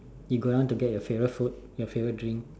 you go down to get your favourite food your favourite drink